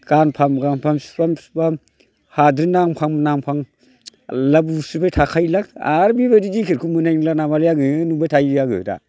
गानफाम गानफाम सुफाम सुफाम हाद्रि नांफां नांफां मेल्ला बुस्रिबाय थाखायोलै आं आरो बेबायदि जेकेटखौ मोननाय नंला नामा लै आङो नंबाय थाखायो आङो दा